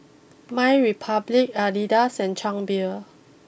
MyRepublic Adidas and Chang Beer